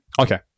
Okay